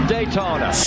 Daytona